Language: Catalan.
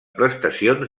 prestacions